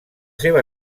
seva